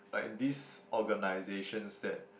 like these organizations that